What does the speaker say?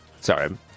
Sorry